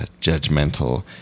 judgmental